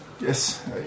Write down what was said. Yes